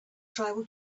tribal